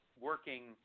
working